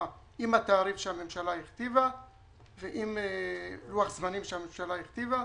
עם התעריף שהממשלה הכתיבה ועם לוח זמנים שהממשלה הכתיבה.